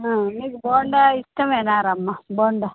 నీకు బోండా ఇష్టమేనారా అమ్మ బోండా